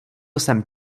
jsem